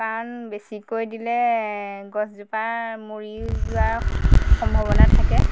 কাৰণ বেছিকৈ দিলে গছজোপা মৰিও যোৱাৰ স সম্ভাৱনা থাকে